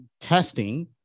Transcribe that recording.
testing